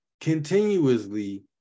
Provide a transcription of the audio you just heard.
continuously